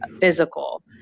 physical